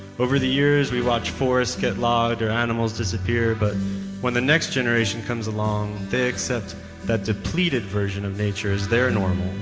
over the years, we watch forests get logged or animals disappear but when the next generation comes along, they accept the depleted version of nature as their normal.